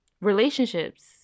relationships